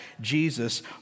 Jesus